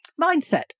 Mindset